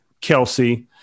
Kelsey